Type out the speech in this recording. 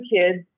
kids